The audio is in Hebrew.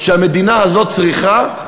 שהמדינה הזאת צריכה,